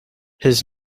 his